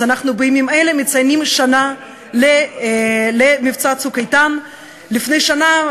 אנו בימים אלה מציינים שנה למבצע "צוק איתן" לפני שנה,